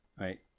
right